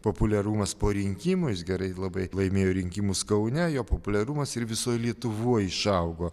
populiarumas po rinkimų jis gerai labai laimėjo rinkimus kaune jo populiarumas ir visoj lietuvoj išaugo